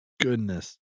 Goodness